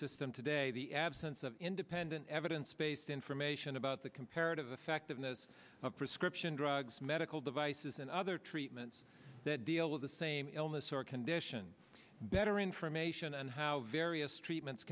system today the absence of independent evidence based information about the comparative effectiveness of prescription drugs medical devices and other treatments that deal with the same illness or condition better information and how various treatments